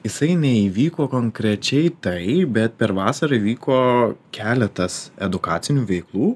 jisai neįvyko konkrečiai taip bet per vasarą įvyko keletas edukacinių veiklų